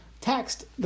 text